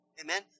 Amen